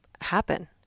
happen